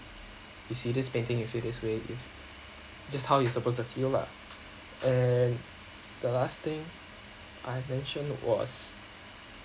you see this painting you feel this way that's how you're supposed to feel lah and the last thing I have mentioned was